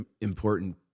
important